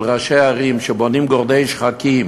על-ידי ראשי ערים שבונים גורדי שחקים